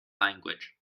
language